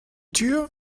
tür